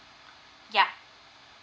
yeah